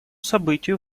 событию